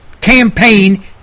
Campaign